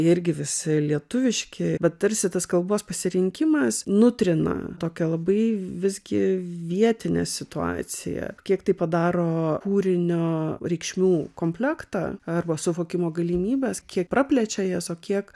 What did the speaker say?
irgi visi lietuviški bet tarsi tas kalbos pasirinkimas nutrina tokią labai visgi vietinę situaciją kiek tai padaro kūrinio reikšmių komplektą arba suvokimo galimybes kiek praplečia jas o kiek